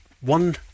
one